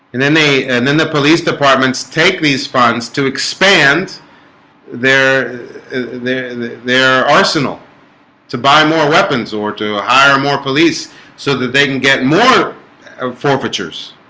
and then they and then the police departments take these funds to expand their their their arsenal to buy more weapons or to hire more police so that they can get more of forfeitures